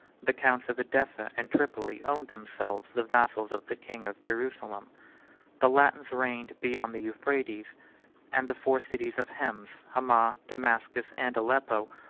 the counts of edessa and tripoli owned themselves the vassals of the king of jerusalem the latins reigned beyond the euphrates and the four cities of hems, hamah, damascus, and aleppo,